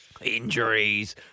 injuries